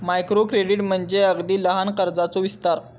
micro credit म्हणजे अगदी लहान कर्जाचो विस्तार